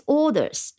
orders